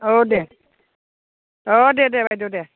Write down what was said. औ दे अ दे दे बायद' दे